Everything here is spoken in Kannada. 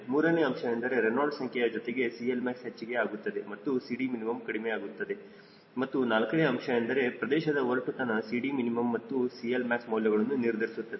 ಮೂರನೇ ಅಂಶ ಎಂದರೆ ರೆನಾಲ್ಡ್ಸ್ ಸಂಖ್ಯೆಯ ಜೊತೆಗೆ CLmax ಹೆಚ್ಚಿಗೆ ಆಗುತ್ತದೆ ಮತ್ತು CDmin ಕಡಿಮೆ ಆಗುತ್ತದೆ ಮತ್ತು 4ನೇ ಅಂಶ ಎಂದರೆ ಪ್ರದೇಶದ ಒರಟುತನ CDmin ಮತ್ತು CLmax ಮೌಲ್ಯಗಳನ್ನು ನಿರ್ಧರಿಸುತ್ತದೆ